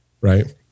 Right